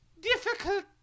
difficult